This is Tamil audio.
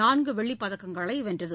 நான்கு வெள்ளிப் பதக்கங்களை வென்றது